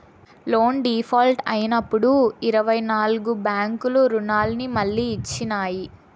loan default అయినప్పుడు ఇరవై నాల్గు బ్యాంకులు రుణాన్ని మళ్లీ ఇచ్చినాయి